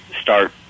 start